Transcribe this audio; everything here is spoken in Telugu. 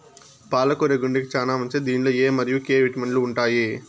పాల కూర గుండెకు చానా మంచిది దీనిలో ఎ మరియు కే విటమిన్లు ఉంటాయి